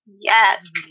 Yes